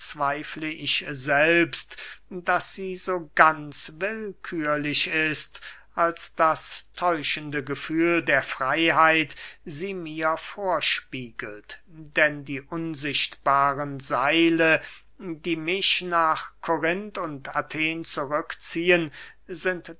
ich selbst daß sie so ganz willkührlich ist als das täuschende gefühl der freyheit sie mir vorspiegelt denn die unsichtbaren seile die mich nach korinth und athen zurückziehen sind